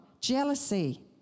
jealousy